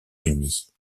unis